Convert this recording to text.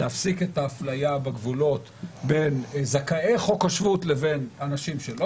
להפסיק את האפליה בגבולות בין זכאי חוק השבות לבין אנשים שהם